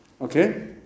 Okay